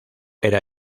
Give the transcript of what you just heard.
era